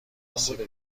آسیب